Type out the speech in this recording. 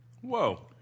Whoa